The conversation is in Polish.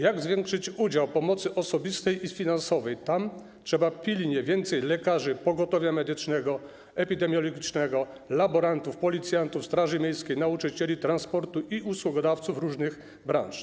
Jak zwiększyć udział pomocy osobistej i finansowej tam, gdzie trzeba pilnie więcej lekarzy, pogotowia medycznego, epidemiologicznego, laborantów, policjantów, straży miejskiej, nauczycieli, transportu i usługodawców różnych branż?